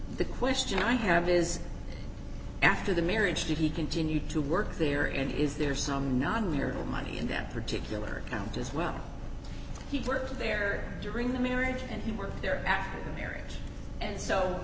the question i have is after the marriage did he continue to work there and is there some non material money in that particular account as well he's worked there during the marriage and he worked there at the marriage and so